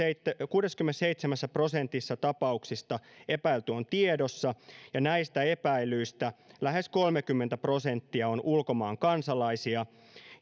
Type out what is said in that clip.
kuudessakymmenessäseitsemässä prosentissa tapauksista epäilty on tiedossa ja näistä epäillyistä lähes kolmekymmentä prosenttia on ulkomaan kansalaisia